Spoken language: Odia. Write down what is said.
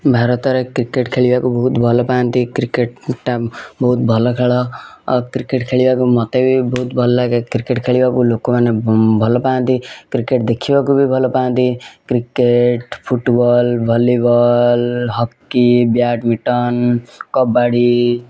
ଭାରତରେ କ୍ରିକେଟ ଖେଳିବାକୁ ବହୁତ ଭଲ ପାଆନ୍ତି କ୍ରିକେଟଟା ବହୁତ ଭଲ ଖେଳ ଆଉ କ୍ରିକେଟ ଖେଳିବାକୁ ମୋତେ ବି ବହୁତ ଭଲଲାଗେ କ୍ରିକେଟ ଖେଳିବାକୁ ଲୋକମାନେ ଭଲ ପାଆନ୍ତି କ୍ରିକେଟ ଦେଖିବାକୁ ବି ଭଲ ପାଆନ୍ତି cricket football volleyball hockey badminton kabaddi